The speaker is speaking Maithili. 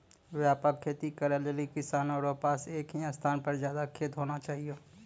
व्यापक खेती करै लेली किसानो रो पास एक ही स्थान पर ज्यादा खेत होना चाहियो